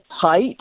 tight